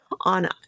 on